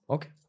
Okay